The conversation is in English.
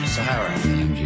Sahara